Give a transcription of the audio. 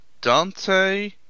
Dante